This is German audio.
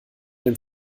den